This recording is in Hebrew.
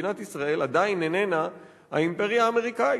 מדינת ישראל עדיין איננה האימפריה האמריקנית,